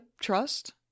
trust